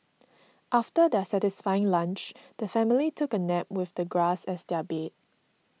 after their satisfying lunch the family took a nap with the grass as their bed